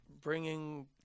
Bringing